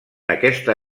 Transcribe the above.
aquesta